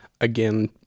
Again